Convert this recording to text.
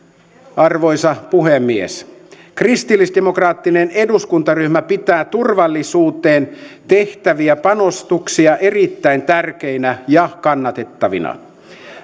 arvoisa puhemies kristillisdemokraattinen eduskuntaryhmä pitää turvallisuuteen tehtäviä panostuksia erittäin tärkeinä ja kannatettavina